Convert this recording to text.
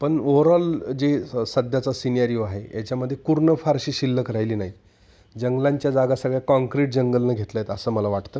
पण ओवरऑल जे सध्याचा सिनेरीओ आहे याच्यामध्ये कुरण फारशी शिल्लक राहिली नाही जंगलांच्या जागा सगळ्या काँक्रीट जंगलनं घेतल्यात असं मला वाटतं